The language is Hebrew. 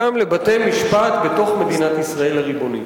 כן, גם לבתי-משפט בתוך מדינת ישראל הריבונית.